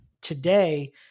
today